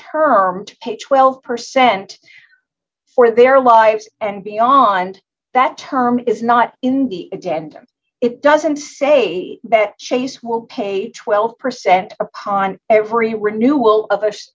term to pay twelve percent for their lives and beyond that term is not in the agenda it doesn't say that chase will pay twelve percent upon every renewal of